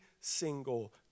single